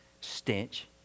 stench